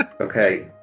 Okay